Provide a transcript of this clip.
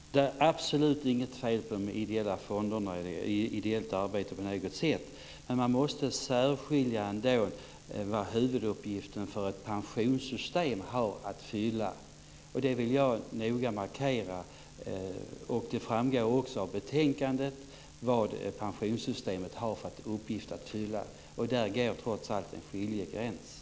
Fru talman! Det är absolut inget fel på de ideella fonderna eller ideellt arbete på något sätt. Men man måste ändå skilja på vad ett pensionssystem har för huvuduppgift att fylla. Det vill jag noga markera. Det framgår också av betänkandet vad pensionssystemet har för uppgift att fylla. Där går trots allt en skiljelinje.